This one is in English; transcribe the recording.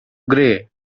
gray